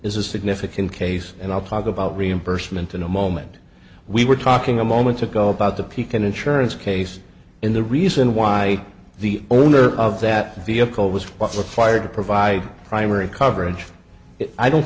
is a significant case and i'll talk about reimbursement in a moment we were talking a moment ago about the pekin insurance case in the reason why the owner of that vehicle was what's required to provide primary coverage i don't